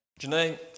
Janae